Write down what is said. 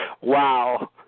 Wow